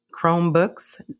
Chromebooks